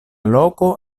loko